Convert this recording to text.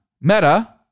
Meta